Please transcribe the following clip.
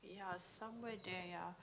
ya somewhere there ya